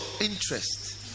interest